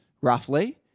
roughly